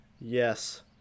Yes